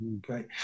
Great